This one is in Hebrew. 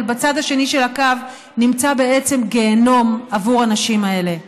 אבל בצד השני של הקו נמצא בעצם גיהינום עבור הנשים האלה.